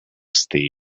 still